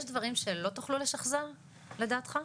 יש דברים שלא תוכלו לשחזר לדעתך?